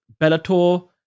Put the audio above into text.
Bellator